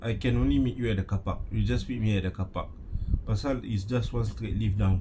I can only meet you at the car park you just meet me at the car park pasal is just one straight lift down